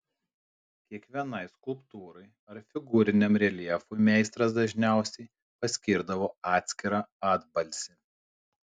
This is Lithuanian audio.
kiekvienai skulptūrai ar figūriniam reljefui meistras dažniausiai paskirdavo atskirą atbalsį